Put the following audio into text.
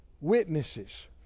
witnesses